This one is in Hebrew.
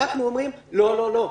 אנחנו אומרים: לא, לא, לא.